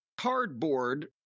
cardboard